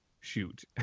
shoot